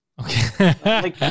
Okay